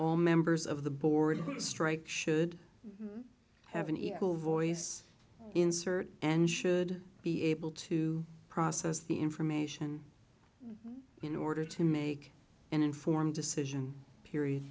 all members of the board strike should have an equal voice in sirte and should be able to process the information in order to make an informed decision period